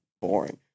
boring